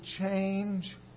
change